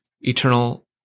eternal